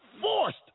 forced